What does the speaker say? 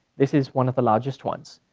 this is one of the largest ones.